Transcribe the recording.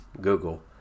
Google